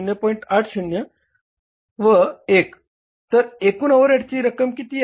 80 व 1 तर एकूण ओव्हरहेडची रक्कम किती आहे